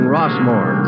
Rossmore